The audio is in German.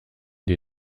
die